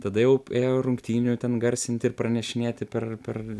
tada jau ėjo rungtynių ten garsinti ir pranešinėti per per